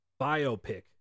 Biopic